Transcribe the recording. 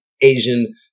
Asian